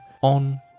on